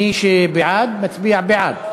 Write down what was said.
מי שבעד מצביע בעד.